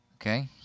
Okay